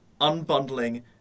unbundling